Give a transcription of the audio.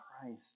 Christ